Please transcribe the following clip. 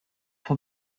for